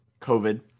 COVID